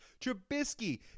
Trubisky